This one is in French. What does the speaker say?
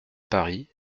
paris